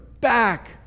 back